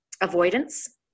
avoidance